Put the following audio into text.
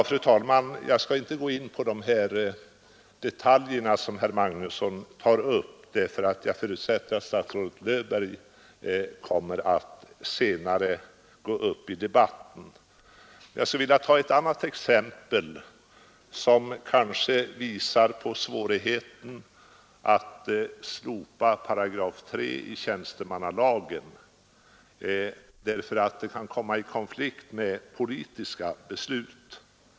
Fru talman! Jag skall inte gå in på de detaljer som herr Magnusson i Kristinehamn tog upp, eftersom jag förutsätter att statsrådet Löfberg senare går upp i debatten. Jag skulle emellertid vilja anföra ett enda exempel som kanske visar på svårigheten att slopa 3 § statstjänstemannalagen, därför att detta kan komma i konflikt med politiska beslut.